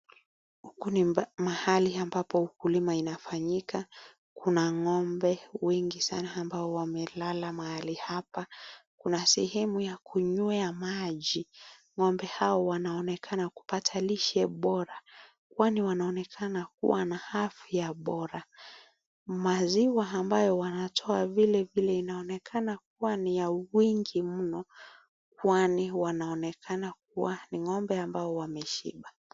Huku ni mahali ambapo ukulima inafanyika. Kuna ngombe wengi sanaa ambao wamelala mahali hapa. Kuna sehemu ya kunywea maji. Ngombe hawa wanaonekana kupata lishe bora, kwani wanaonekana kua na afya bora. Maziwa ambayo wanatoa vile vile inaonekana kuwa ni ya wingi mno, kwani wanaonekana kuwa ni ngombe ambao wameshiba.